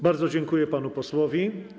Bardzo dziękuję panu posłowi.